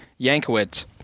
Yankowitz